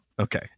Okay